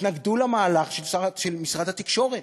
התנגדו למהלך של משרד התקשורת.